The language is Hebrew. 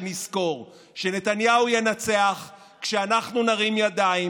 שנזכור שנתניהו ינצח כשאנחנו נרים ידיים,